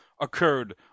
occurred